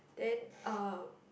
then uh